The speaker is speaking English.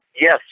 Yes